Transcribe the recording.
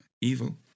evil